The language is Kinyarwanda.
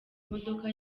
imodoka